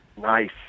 Nice